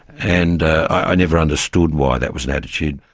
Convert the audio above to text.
and i never understood why that was an attitude.